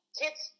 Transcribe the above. kids